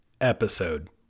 episode